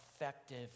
effective